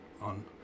on